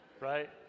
right